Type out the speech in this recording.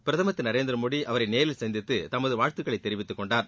பிரதமர் திரு நரேந்திரமோடி அவளர நேரில் சந்தித்து தமது வாழ்த்துக்களை தெரிவித்துக்கொண்டார்